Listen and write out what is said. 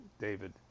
David